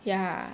ya